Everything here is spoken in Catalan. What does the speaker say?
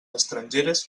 estrangeres